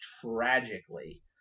tragically